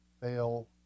fail